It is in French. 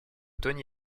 tony